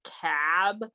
cab